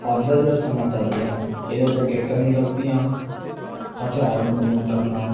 ਅੱਜ ਦਾ ਜਿਹੜਾ ਸਮਾਂ ਚੱਲ ਰਿਹਾ ਨਾ ਇਹਦੇ 'ਚ ਗੀਤਾਂ ਦੀਆਂ ਗਲਤੀਆਂ ਹਥਿਆਰਾਂ ਨੂੰ ਪ੍ਰਮੋਟ ਕਰਨਾ